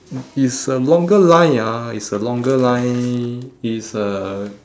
it's a longer line ah it's a longer line it's uh